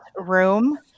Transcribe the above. room